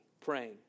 praying